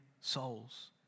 souls